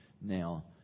now